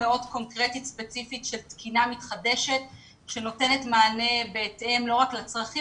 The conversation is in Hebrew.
התקינה המתחדשת נותנת מענה לא רק לצרכים